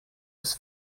was